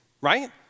right